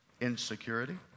insecurity